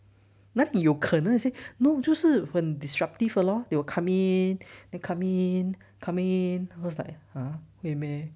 那里有可能 I say no 就是很 disruptive 的 lor they will come in and come in come in then I was like !huh! meh